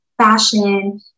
fashion